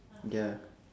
ya